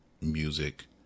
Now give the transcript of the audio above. music